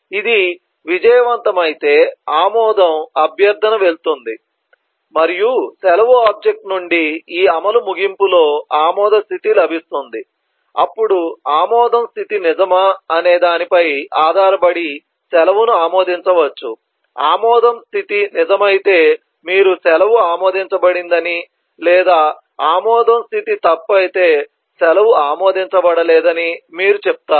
ఇది విజయవంతమైతే ఆమోదం అభ్యర్థన వెళ్తుంది మరియు సెలవు ఆబ్జెక్ట్ నుండి ఈ అమలు ముగింపులో ఆమోద స్థితి లభిస్తుంది అప్పుడు ఆమోదం స్థితి నిజమా అనే దానిపై ఆధారపడి సెలవును ఆమోదించవచ్చు ఆమోదం స్థితి నిజమైతే మీరు సెలవు ఆమోదించబడింది అని లేదా ఆమోదం స్థితి తప్పు అయితే సెలవు ఆమోదించబడలేదని మీరు చెప్తారు